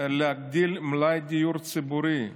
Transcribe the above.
להגדיל את מלאי הדיור הציבורי.